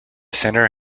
center